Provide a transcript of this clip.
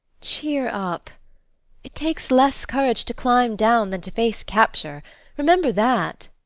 cheer up it takes less courage to climb down than to face capture remember that.